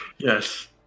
Yes